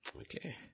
Okay